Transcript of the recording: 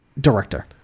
director